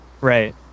Right